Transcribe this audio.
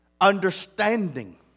Understanding